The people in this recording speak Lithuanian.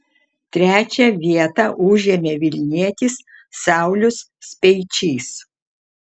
trečią vietą užėmė vilnietis saulius speičys